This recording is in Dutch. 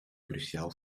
cruciaal